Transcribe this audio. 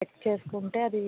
check చేసుకుంటే అది